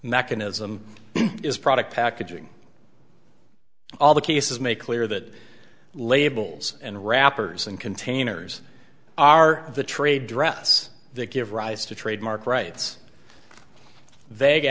mechanism is product packaging all the cases make clear that labels and wrappers and containers are the trade dress that give rise to trademark rights vague